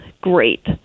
great